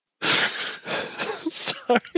Sorry